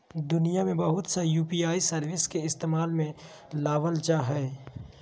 दुनिया में बहुत सा यू.पी.आई सर्विस के इस्तेमाल में लाबल जा हइ